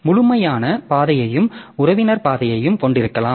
முழுமையான பாதையையும் உறவினர் பாதையையும் கொண்டிருக்கலாம்